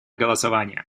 голосование